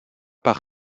par